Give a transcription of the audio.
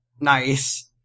nice